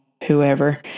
whoever